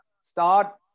start